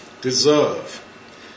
deserve